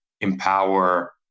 empower